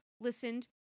listened